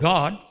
God